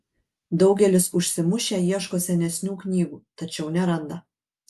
daugelis užsimušę ieško senesnių knygų tačiau neranda